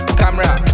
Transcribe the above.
camera